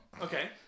Okay